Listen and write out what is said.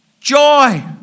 joy